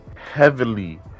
heavily